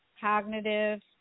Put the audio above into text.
cognitive